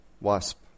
Wasp